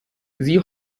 sie